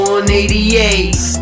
188